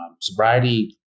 sobriety